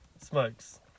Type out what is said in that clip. Smokes